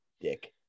Dick